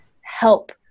help